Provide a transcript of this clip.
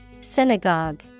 Synagogue